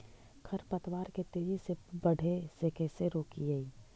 खर पतवार के तेजी से बढ़े से कैसे रोकिअइ?